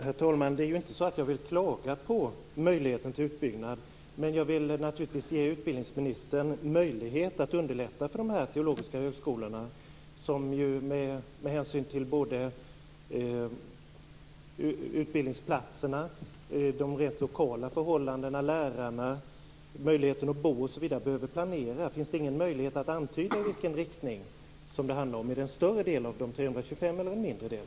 Herr talman! Det är inte så att jag vill klaga på möjligheten till utbyggnad. Men jag vill naturligtvis ge utbildningsministern möjlighet att underlätta för de teologiska högskolorna, som ju med hänsyn till utbildningsplatserna, de rent lokala förhållandena, lärarna, möjligheten att bo osv. behöver planera. Finns det ingen möjlighet att antyda vilken riktning det handlar om? Är det en större del av de 325 platserna, eller en mindre del?